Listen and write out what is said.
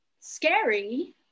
scary